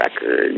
record